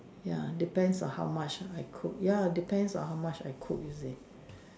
ya depends on how much I cook ya depends on how much I cook you see